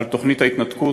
על תוכנית ההתנתקות.